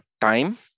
time